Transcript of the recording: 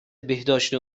بهداشت